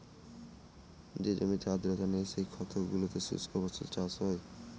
যে জমিতে আর্দ্রতা নেই, সেই ক্ষেত গুলোতে শুস্ক ফসল চাষ হয়